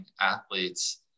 athletes